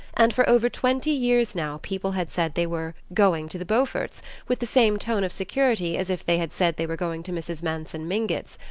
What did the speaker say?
and for over twenty years now people had said they were going to the beauforts' with the same tone of security as if they had said they were going to mrs. manson mingott's,